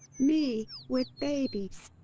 me, with babies?